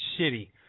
shitty